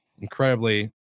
incredibly